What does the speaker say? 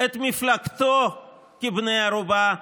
ואת מפלגתו כבת ערובה.